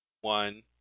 one